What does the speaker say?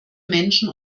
menschen